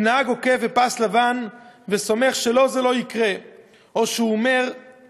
אם נהג עוקף בפס לבן וסומך שלו זה לא יקרה או שהוא מהמר,